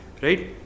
right